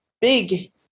big